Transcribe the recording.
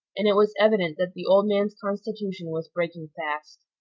and it was evident that the old man's constitution was breaking fast.